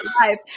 life